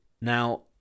Now